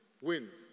wins